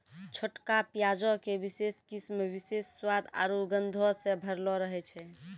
छोटका प्याजो के विशेष किस्म विशेष स्वाद आरु गंधो से भरलो रहै छै